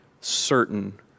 certain